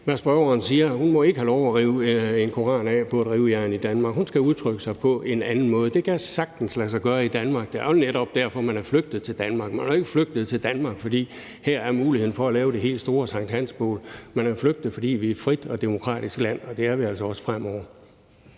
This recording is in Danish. det er helt korrekt, hvad spørgeren siger. Hun må ikke have lov at rive en koran af på et rivejern i Danmark. Hun skal udtrykke sig på en anden måde, og det kan sagtens lade sig gøre i Danmark. Det er jo netop derfor, man er flygtet til Danmark. Man er jo ikke flygtet til Danmark, fordi der her er muligheden for at lave det helt store sankthansbål. Man er jo flygtet, fordi vi er et frit og demokratisk land, og det er vi altså også fremover.